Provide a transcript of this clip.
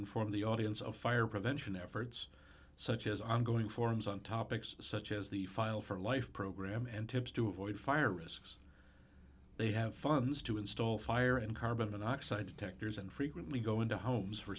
inform the audience of fire prevention efforts such as ongoing forums on topics such as the file for life program and tips to avoid fire risks they have funds to install fire and carbon monoxide detectors and frequently go into homes for